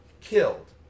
killed